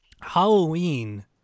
Halloween